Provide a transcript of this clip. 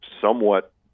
somewhat